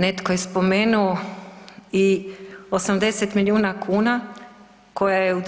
Netko je spomenuo i 80 milijuna kuna koje je u